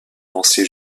lancé